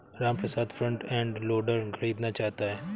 Ramprasad front end loader खरीदना चाहता है